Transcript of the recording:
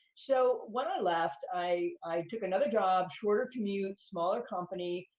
so when i left, i i took another job, shorter commute, smaller company,